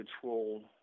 control